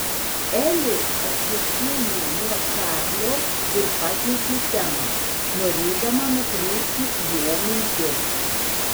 elė atsistūmė nuo čarlio ir pakeitė temą norėdama nukreipti jo mintis